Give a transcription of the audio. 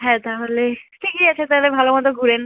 হ্যাঁ তাহলে ঠিকই আছে তাহলে ভালো মতো ঘোরেন